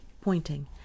pointing